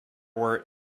were